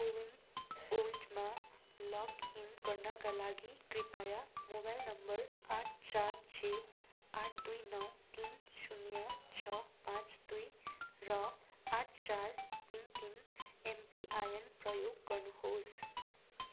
कोविन पोर्टलमा लगइन गर्नाका लागि कृपाया मोबाइल नम्बर आठ चार छ आठ दुई नौ तिन सुन्ना छ पाँच दुई र आठ चार तिन तिन एमपिआइएन प्रयोग गर्नुहोस्